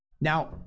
Now